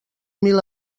mil